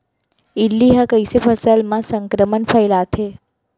इल्ली ह कइसे फसल म संक्रमण फइलाथे?